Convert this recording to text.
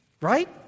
right